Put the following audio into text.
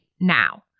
now